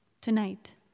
tonight